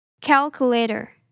Calculator